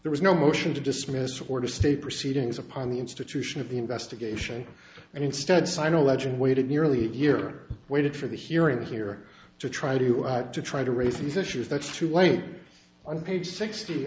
there was no motion to dismiss or to stay proceedings upon the institution of the investigation and instead signed a legend waited nearly a year waited for the hearing here to try to to try to raise these issues that's true late on page sixty